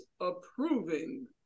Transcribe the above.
approving